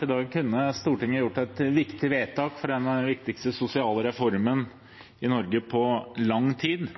I dag kunne Stortinget ha gjort et viktig vedtak for den viktigste sosiale reformen i Norge på lang tid.